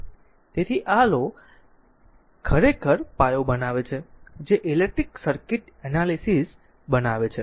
તેથી આ laws ખરેખર પાયો બનાવે છે જે ઇલેક્ટ્રિક સર્કિટ એનાલીસીસ બનાવે છે